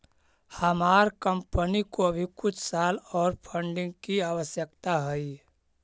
हमार कंपनी को अभी कुछ साल ओर फंडिंग की आवश्यकता हई